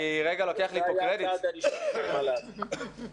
ומשאבי מים זאב אלקין: